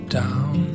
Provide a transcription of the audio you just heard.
down